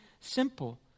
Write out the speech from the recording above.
simple